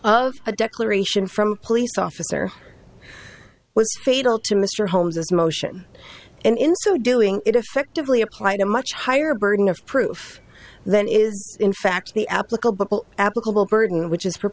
of a declaration from a police officer was fatal to mr holmes as motion and in so doing it effectively applied a much higher burden of proof than is in fact the applicable applicable burden which is